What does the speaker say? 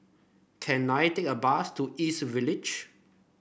can I take a bus to East Village